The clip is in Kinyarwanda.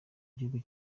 gihugu